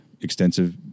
extensive